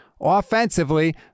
Offensively